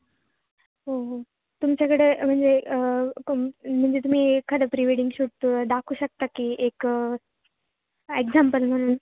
हो हो तुमच्याकडे म्हणजे क म्हणजे तुम्ही एखादं प्री वेडिंग शूट दाखवू शकता की एक एक्झाम्पल म्हणून